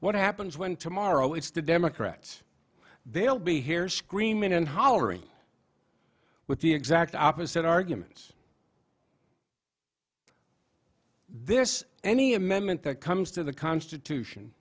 what happens when tomorrow it's the democrats they'll be here screaming and hollering with the exact opposite arguments this any amendment that comes to the constitution